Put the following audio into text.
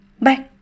bye